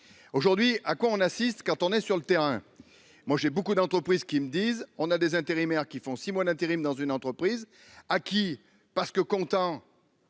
aujourd'hui à quoi on assiste quand on est sur le terrain, moi j'ai beaucoup d'entreprises qui me disent : on a des intérimaires qui font six mois d'intérim dans une entreprise à qui parce que content